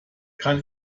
kann